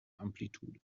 amplitude